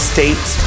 States